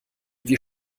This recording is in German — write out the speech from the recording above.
wie